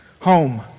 Home